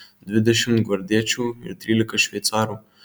dvidešimt gvardiečių ir trylika šveicarų